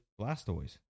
Blastoise